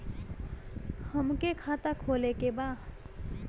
हमके खाता खोले के बा?